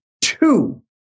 two